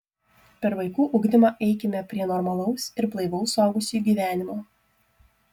per vaikų ugdymą eikime prie normalaus ir blaivaus suaugusiųjų gyvenimo